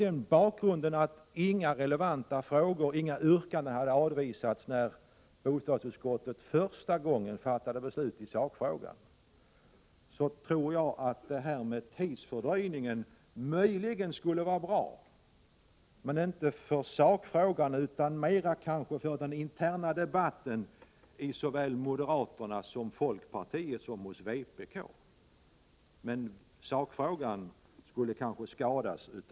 Mot bakgrund av att inga relevanta frågor och inga yrkanden avvisades när bostadsutskottet fattade beslut i sakfrågan första gången, tror jag att tidsfördröjningen möjligen skulle kunna vara bra — inte för sakfrågan — men kanske för den interna debatten i såväl moderata samlingspartiet som folkpartiet och vpk.